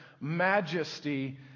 majesty